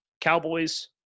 Cowboys